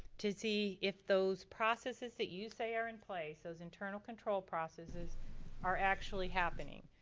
to see if those processes that you say are in place, those internal control processes are actually happening.